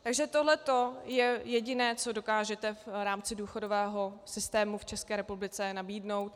Takže tohleto je jediné, co dokážete v rámci důchodového systému v České republice nabídnout.